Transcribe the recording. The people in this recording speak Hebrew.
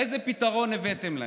איזה פתרון הבאתם להן?